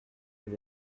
them